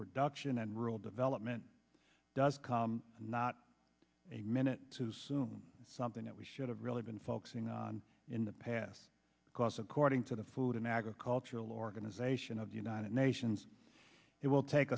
production and rural development does not a minute too soon something that we should have really been focusing on in the past because according to the food and agricultural organization of the united nations it will take